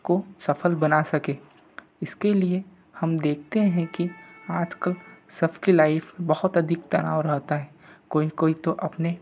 को सफ़ल बना सके इसके लिए हम देखते हैं कि आज कल सब की लाइफ़ बहुत अधिक तनाव रहता है कोई कोई तो अपने